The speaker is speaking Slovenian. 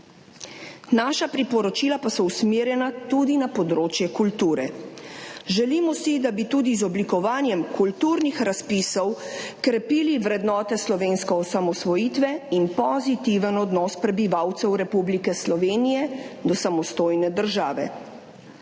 Naša priporočila pa so usmerjena tudi na področje kulture. Želimo si, da bi tudi z oblikovanjem kulturnih razpisov krepili vrednote slovenske osamosvojitve in pozitiven odnos prebivalcev Republike Slovenije do samostojne države.